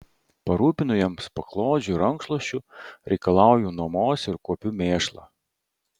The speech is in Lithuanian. parūpinu jiems paklodžių ir rankšluosčių reikalauju nuomos ir kuopiu mėšlą